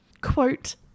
quote